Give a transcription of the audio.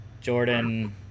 Jordan